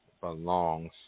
belongs